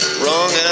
wrong